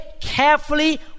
carefully